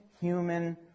human